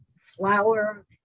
flour